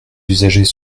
usagers